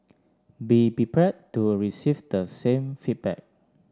be prepared to receive the same feedback